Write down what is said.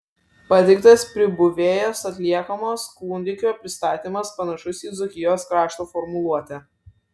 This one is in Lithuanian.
pateiktas pribuvėjos atliekamas kūdikio pristatymas panašus į dzūkijos krašto formuluotę